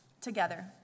Together